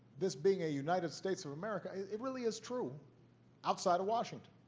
this being a united states of america, it really is true outside of washington.